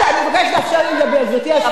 אני מבקשת לאפשר לי לדבר, גברתי היושבת-ראש.